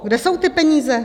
Kde jsou ty peníze?